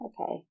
Okay